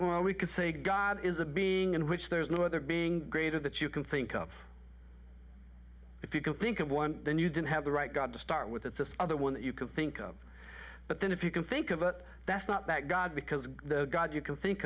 well we can say god is a being in which there is no other being greater that you can think of if you can think of one then you didn't have the right god to start with it's other one that you can think of but then if you can think of it that's not that god because the god you can think